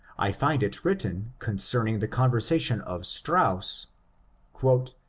i find it written concerning the conversation of strauss a